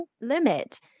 limit